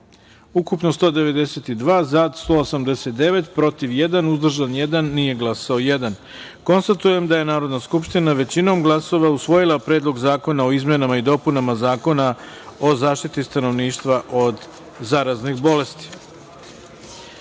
ukupno: 192, za – 189, protiv – jedan, uzdržan – jedan, nije glasao – jedan. Konstatujem da je Narodna skupština većinom glasova usvojila Predlog zakona o izmenama i dopunama Zakona o zaštiti stanovništva od zaraznih bolesti. Pošto